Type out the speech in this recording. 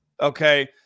okay